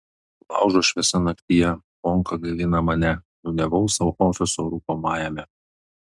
laužo šviesa naktyje bonka gaivina mane niūniavau sau ofiso rūkomajame